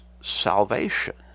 salvation